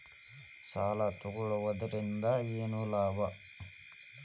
ಸಾಲ ತಗೊಳ್ಳುವುದರಿಂದ ಏನ್ ಲಾಭ?